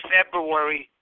February